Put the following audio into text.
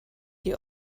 die